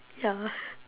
ya